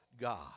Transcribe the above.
god